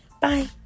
Bye